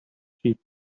sheep